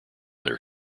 their